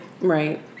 Right